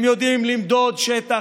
הם יודעים למדוד שטח,